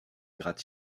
gratte